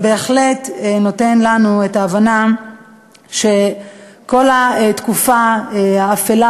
זה בהחלט נותן לנו את ההבנה שכל התקופה האפלה